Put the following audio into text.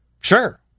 Sure